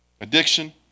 addiction